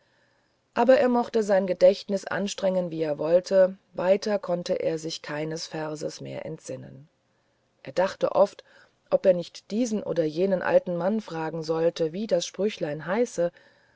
aber er mochte sein gedächtnis anstrengen wie er wollte weiter konnte er sich keines verses mehr entsinnen er dachte oft ob er nicht diesen oder jenen alten mann fragen sollte wie das sprüchlein heiße